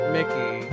Mickey